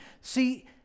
See